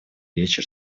вечер